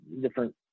different